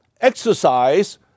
exercise